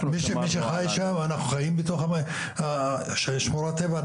אנחנו חיים בתוך שמורת הטבע.